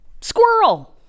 squirrel